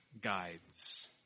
guides